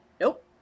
nope